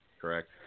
correct